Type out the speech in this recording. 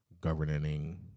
governing